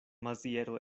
maziero